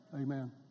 Amen